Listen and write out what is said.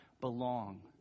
belong